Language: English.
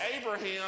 Abraham